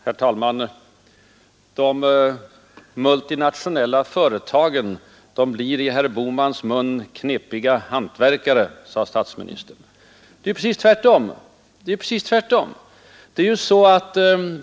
Herr talman! De multinationella företagen blir i herr Bohmans mun knepiga hantverkare, sade statsministern. Men det är ju precis tvärtom.